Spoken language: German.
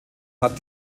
hat